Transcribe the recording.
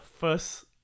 first